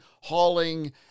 hauling